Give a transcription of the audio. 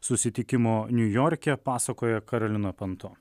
susitikimo niujorke pasakoja karolina panto